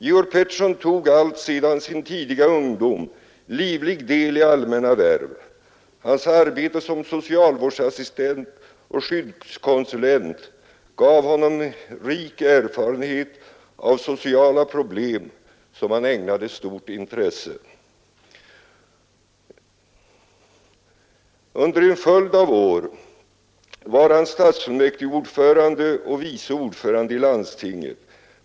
Georg Pettersson tog alltsedan sin tidiga ungdom livlig del i allmänna värv. Hans arbete som socialvårdsassistent och skyddskonsulent gav honom en rik erfarenhet av sociala problem, och han ägnade stort intresse åt sådana frågor inom de många samhällsorgan där hans krafter togs i anspråk. Under en följd av år var han stadsfullmäktigeordförande och vice ordförande i landstinget.